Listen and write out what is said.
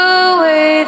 away